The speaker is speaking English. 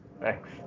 Thanks